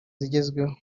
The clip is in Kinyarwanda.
zigezweho